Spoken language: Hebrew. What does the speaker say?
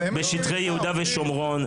בשטחי יהודה ושומרון,